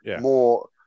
more